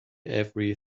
every